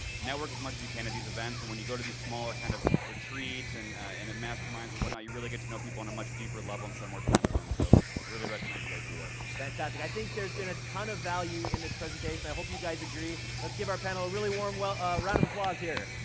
network as much as you can at these events and when you go to these smaller kind of retreats and in a masterminds of whatnot, you really get to know people on a much deeper level and spend more time with them, so i really recommend you guys do that. fantastic, i think there's been a ton of value in this presentation, i hope you guys agree. let's give our panel a really warm well round of applause here.